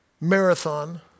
marathon